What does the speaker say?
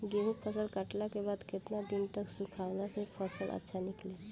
गेंहू फसल कटला के बाद केतना दिन तक सुखावला से फसल अच्छा निकली?